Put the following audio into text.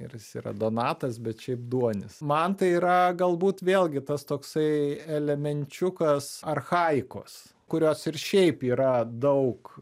ir jis yra donatas bet šiaip duonis man tai yra galbūt vėlgi tas toksai elemenčiukas archaikos kurios ir šiaip yra daug